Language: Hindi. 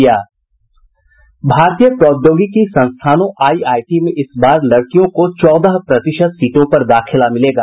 भारतीय प्रौद्योगिक संस्थानों आईआईटी में इस बार लड़कियों को चौदह प्रतिशत सीटों पर दाखिला मिलेगा